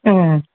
ம்